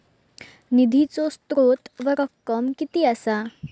निधीचो स्त्रोत व रक्कम कीती असा?